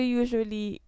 usually